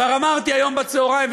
כבר אמרתי היום בצהריים,